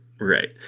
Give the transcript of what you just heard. Right